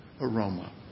aroma